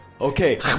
okay